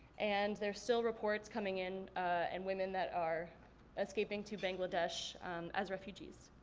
and there are still reports coming in and women that are escaping to bangladesh as refugees.